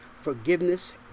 forgiveness